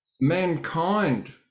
Mankind